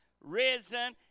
risen